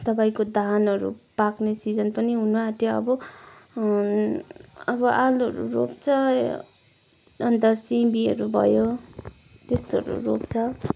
तपाईँको धानहरू पाक्ने सिजन पनि हुन आँट्यो अब अब आलुहरू रोप्छ अन्त सिबीहरू भयो त्यस्तोहरू रोप्छ